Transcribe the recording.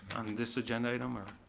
on this agenda item, or.